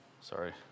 sorry